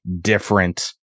different